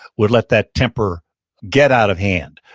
would let that temper get out of hand.